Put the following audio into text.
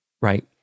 right